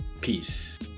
Peace